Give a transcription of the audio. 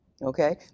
Okay